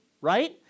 right